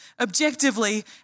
objectively